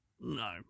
No